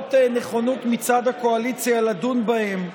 למרות נכונות מצד הקואליציה לדון בהן,